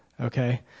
okay